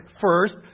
first